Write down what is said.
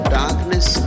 darkness